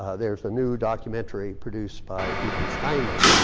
ah there's a new documentary produced by ethan steinman.